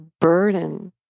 burden